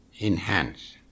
enhance